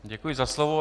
Děkuji za slovo.